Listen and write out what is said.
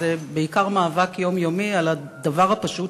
וזה בעיקר מאבק יומיומי על הדבר הפשוט